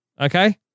Okay